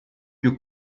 più